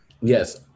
Yes